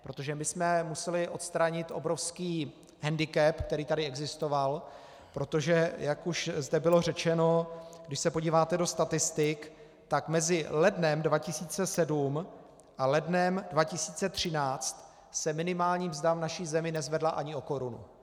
Protože my jsme museli odstranit obrovský hendikep, který tady existoval, protože, jak už zde bylo řečeno, když se podíváte do statistik, tak mezi lednem 2007 a lednem 2013 se minimální mzda v naší zemi nezvedla ani o korunu.